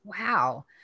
Wow